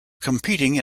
competing